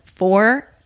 Four